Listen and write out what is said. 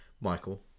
Michael